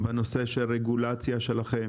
בנושא של הרגולציה שלכם